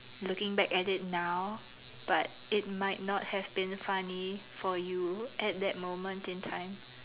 looking back at it now but it might not have been funny for you at that moment in time